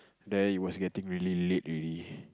then it was getting really late already